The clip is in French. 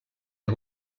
les